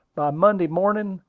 monday morning,